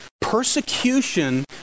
persecution